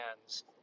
hands